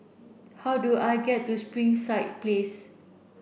how do I get to Springside Place